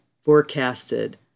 forecasted